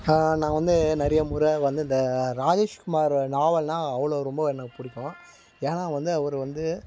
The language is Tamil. நான் வந்து நிறைய முறை வந்து இந்த ராஜேஷ்குமார் நாவல்னா அவ்வளோ ரொம்ப எனக்கு பிடிக்கும் ஏனால் வந்து அவர் வந்து